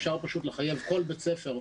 אפשר פשוט לחייב כל בית ספר,